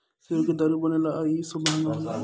सेब से दारू बनेला आ इ सब महंगा होला